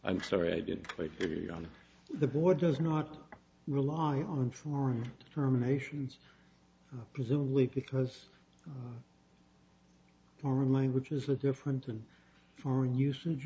i'm sorry i didn't carry on the board does not rely on foreign terminations presumably because foreign language is a different and foreign usage